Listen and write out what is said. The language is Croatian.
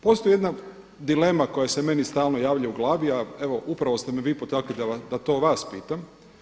Postoji jedna dilema koja se meni stalno javlja u glavi a evo upravo ste me vi potakli da to vas pitam.